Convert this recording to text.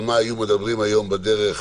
על מה היו מדברים היום בדרך